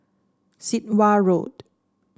Sit Wah Road